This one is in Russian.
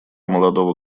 молодого